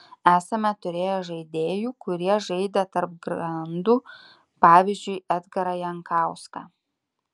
esame turėję žaidėjų kurie žaidė tarp grandų pavyzdžiui edgarą jankauską